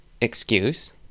excuse